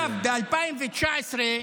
נא לסיים.